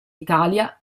italia